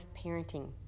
parenting